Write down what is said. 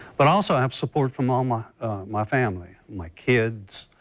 but also i have support from ah my my family, my kids,